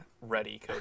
ready